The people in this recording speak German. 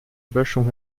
böschung